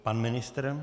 Pan ministr?